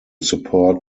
support